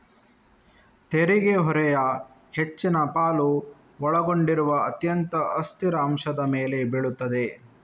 ತೆರಿಗೆ ಹೊರೆಯ ಹೆಚ್ಚಿನ ಪಾಲು ಒಳಗೊಂಡಿರುವ ಅತ್ಯಂತ ಅಸ್ಥಿರ ಅಂಶದ ಮೇಲೆ ಬೀಳುತ್ತದೆ